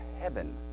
heaven